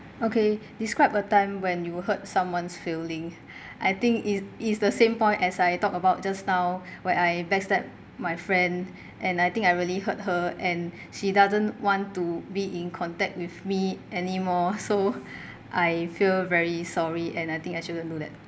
okay describe a time when you hurt someone's feeling I think it's it's the same point as I talked about just now when I back stabbed my friend and I think I really hurt her and she doesn't want to be in contact with me anymore so I feel very sorry and I think I shouldn't do that